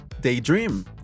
daydream